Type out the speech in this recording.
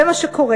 זה מה שקורה.